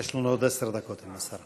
יש לנו עוד עשר דקות עם השר.